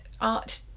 art